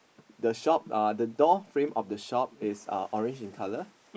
the shop uh the door frame of the shop is uh orange in colour